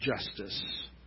justice